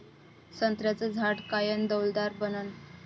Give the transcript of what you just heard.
संत्र्याचं झाड कायनं डौलदार बनन?